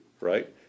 right